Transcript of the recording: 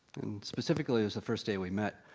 specifically, it was the first day we met.